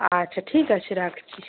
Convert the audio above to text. আচ্ছা ঠিক আছে রাখছি